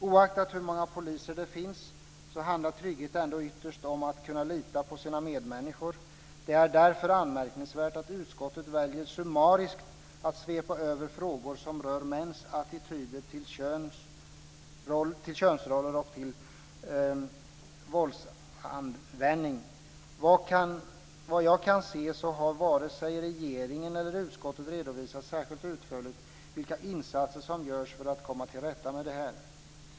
Oaktat hur många poliser det finns, handlar trygghet ändå ytterst om att kunna lita på sina medmänniskor. Det är därför anmärkningsvärt att utskottet väljer att summariskt svepa över frågor som rör mäns attityder till könsroller och till våldsanvändning. Vad jag kan se, har varken regeringen eller utskottet redovisat särskilt utförligt vilka insatser som görs för att komma till rätta med detta.